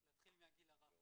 צריך להתחיל מהגיל הרך.